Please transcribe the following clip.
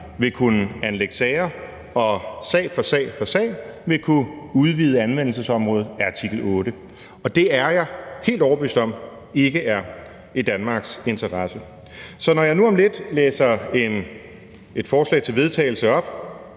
vil kunne anlægge sager og sag for sag vil kunne udvide anvendelsesområdet af artikel 8. Og det er jeg helt overbevist om ikke er i Danmarks interesse. Så når jeg nu om lidt læser et forslag til vedtagelse op